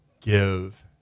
give